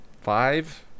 five